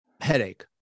headache